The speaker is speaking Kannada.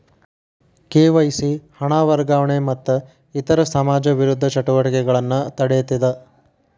ಕೆ.ವಾಯ್.ಸಿ ಹಣ ವರ್ಗಾವಣೆ ಮತ್ತ ಇತರ ಸಮಾಜ ವಿರೋಧಿ ಚಟುವಟಿಕೆಗಳನ್ನ ತಡೇತದ